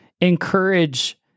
encourage